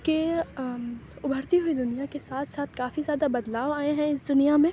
کہ اُبھرتی دُنیا کے ساتھ ساتھ کافی زیادہ بدلاؤ آئے ہیں اِس دنیا میں